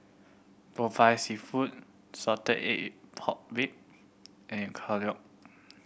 Popiah Seafood salted egg pork rib and